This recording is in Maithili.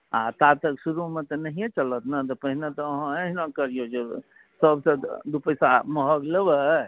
आओर ता तक शुरूमे तऽ नहिए चलत नहि तऽ पहिने तऽ अहाँ अहिना करिऔ जे सबसँ दुइ पइसा महग लेबै